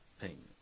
payment